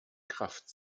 kraft